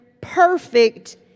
perfect